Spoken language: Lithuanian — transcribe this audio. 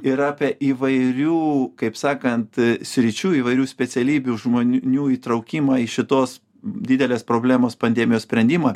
ir apie įvairių kaip sakant sričių įvairių specialybių žmonių įtraukimą į šitos didelės problemos pandemijos sprendimą